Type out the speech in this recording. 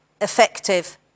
effective